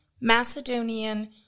Macedonian